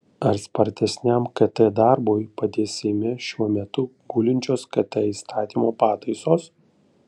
ar spartesniam kt darbui padės seime šiuo metu gulinčios kt įstatymo pataisos